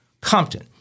Compton